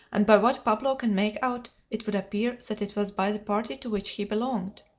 and by what pablo can make out, it would appear that it was by the party to which he belonged.